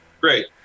great